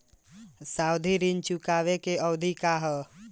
सावधि ऋण चुकावे के अवधि का ह?